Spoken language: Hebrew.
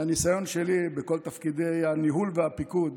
מהניסיון שלי בכל תפקידי הניהול בפיקוד